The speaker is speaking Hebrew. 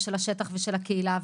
של השטח ושל הקהילה,